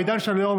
בעידן של היום,